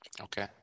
Okay